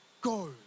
go